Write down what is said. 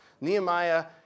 Nehemiah